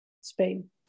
Spain